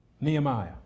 Nehemiah